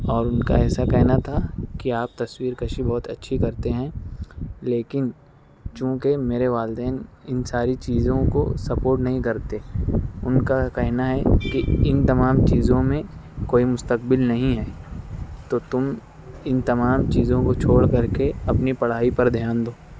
اور ان کا ایسا کہنا تھا کہ آپ تصویر کشی بہت اچھی کرتے ہیں لیکن چونکہ میرے والدین ان ساری چیزوں کو سپوٹ نہیں کرتے ان کا کہنا ہے کہ ان تمام چیزوں میں کوئی مستقبل نہیں ہے تو تم ان تمام چیزوں کو چھوڑ کر کے اپنی پڑھائی پر دھیان دو